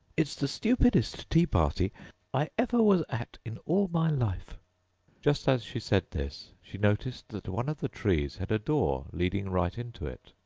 it's the stupidest tea-party i ever was at in all my life just as she said this, she noticed that one of the trees had a door leading right into it.